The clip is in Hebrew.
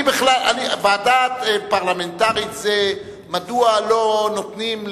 ועדה פרלמנטרית זה מדוע לא נותנים,